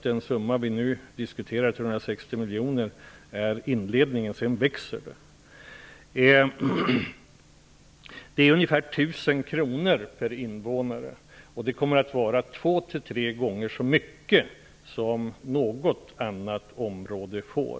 Den summa vi nu diskuterar -- 360 miljoner kronor -- är inledningen, och sedan växer det. Det är ungefär 1 000 kr per invånare. Det kommer att vara två till tre gånger så mycket som något annat område får.